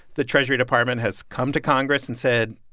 the treasury department has come to congress and said,